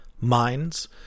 minds